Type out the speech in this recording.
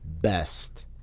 best